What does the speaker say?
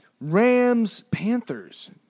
Rams-Panthers